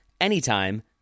anytime